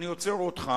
אני עוצר אותך,